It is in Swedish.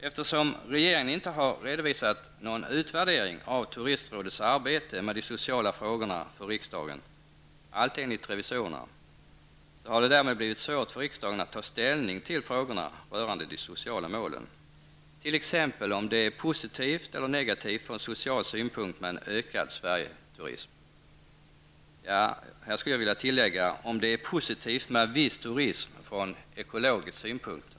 Eftersom regeringen inte har redovisat någon utvärdering av turistrådets arbete med de sociala frågorna för riksdagen, allt enligt revisorerna, har det därmed blivit svårt för riksdagen att ta ställning till frågorna rörande de sociala målen, t.ex. till om det är positivt eller negativt från social synpunkt med en ökad Sverigeturism. Ja, här skulle jag vilja tillägga: om det över huvud taget är positivt med viss turism från ekologisk synpunkt.